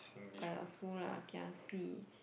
kiasu lah kiasi